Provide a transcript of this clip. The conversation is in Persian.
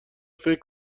فکر